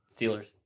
Steelers